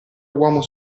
uomo